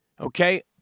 Okay